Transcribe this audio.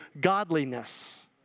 godliness